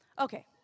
Okay